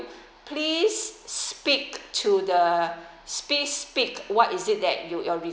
please speak to the please speak what is it that you your